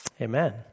Amen